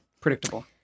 predictable